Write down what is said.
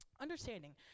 Understanding